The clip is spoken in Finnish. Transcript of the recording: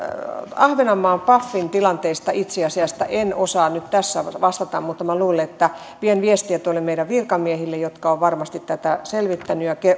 ahvenanmaan pafin tilanteesta itse asiasta en osaa nyt tässä vastata mutta minä vien viestiä tuonne meidän virkamiehille jotka ovat varmasti tätä selvittäneet ja